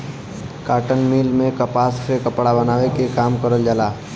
cotton mill में कपास से कपड़ा बनावे के काम करल जाला